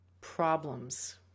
problems